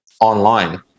online